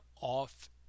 off